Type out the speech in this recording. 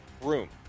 Room